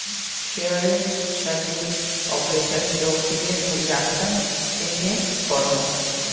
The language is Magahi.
शेयरेर संगे ऑपरेशन जोखिमेर मूल्यांकन केन्ने करमू